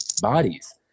bodies